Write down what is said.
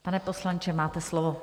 Pane poslanče, máte slovo.